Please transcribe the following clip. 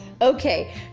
Okay